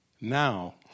Now